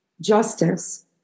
justice